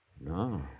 No